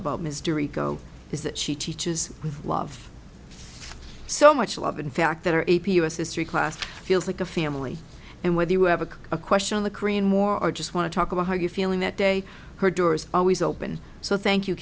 about mystery go is that she teaches with love so much love in fact that our a p us history class feels like a family and whether you have a question on the korean more or just want to talk about how you're feeling that day her door is always open so thank you